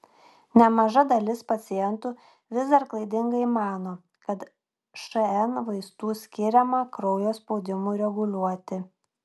nemaža dalis pacientų vis dar klaidingai mano kad šn vaistų skiriama kraujo spaudimui reguliuoti